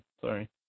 Sorry